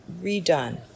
redone